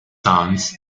sons